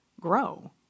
grow